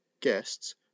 Guests